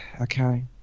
Okay